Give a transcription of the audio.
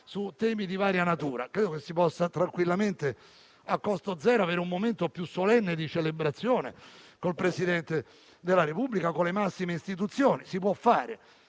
su temi di varia natura. Credo si possa tranquillamente, a costo zero, avere un momento più solenne di celebrazione con il Presidente della Repubblica e le massime istituzioni. Si promuovono